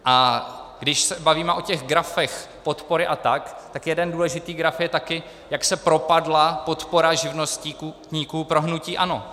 A když se bavíme o těch grafech podpory atp., tak jeden důležitý graf je taky, jak se propadla podpora živnostníků pro hnutí ANO.